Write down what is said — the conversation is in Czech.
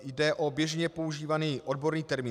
Jde o běžně používaný odborný termín.